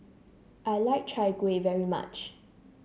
I like Chai Kueh very much